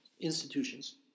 institutions